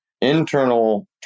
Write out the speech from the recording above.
internal